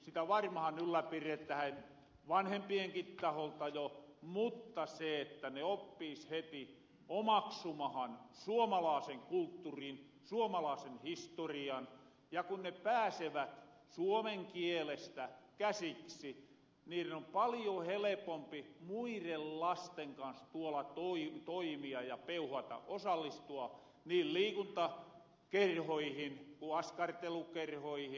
sitä varmahan ylläpiretähän vanhempienkin taholta jo mutta se on tärkiää että ne oppiis heti omaksumahan suomalaasen kulttuurin suomalaasen historian ja kun ne pääsevät suomen kielestä käsiksi niiren on paljo helepompi muiren lasten kans tuolla toimia ja peuhata osallistua niin liikuntakerhoihin ku askartelukerhoihin